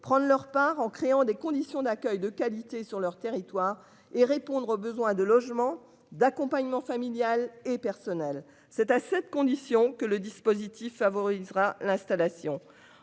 prendre leur part en créant des conditions d'accueil de qualité sur leur territoire et répondre aux besoins de logements d'accompagnement familial et personnel. C'est à cette condition que le dispositif favorisera l'installation